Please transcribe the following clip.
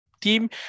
team